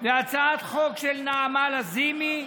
הצעת חוק של נעמה לזימי.